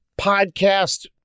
podcast